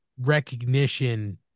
recognition